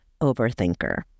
overthinker